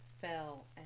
fell